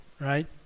right